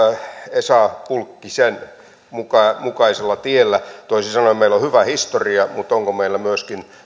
esa pulkkisen mukaisella tiellä toisin sanoen meillä on hyvä historia mutta onko meillä myöskin